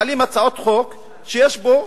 מעלים הצעת חוק שיש בה,